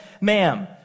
ma'am